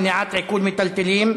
מניעת עיקול מיטלטלין),